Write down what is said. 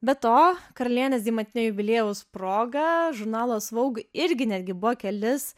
be to karalienės deimantinio jubiliejaus proga žurnalas vogue irgi netgi buvo kelis